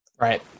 Right